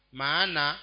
maana